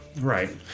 right